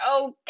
okay